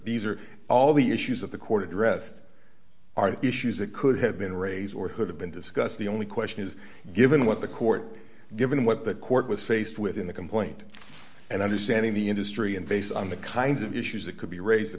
these are all the issues that the court addressed are issues that could have been raised or hood have been discussed the only question is given what the court given what the court was faced with in the complaint and understanding the industry and based on the kinds of issues that could be raised the